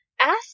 ask